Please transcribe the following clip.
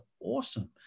awesome